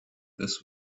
this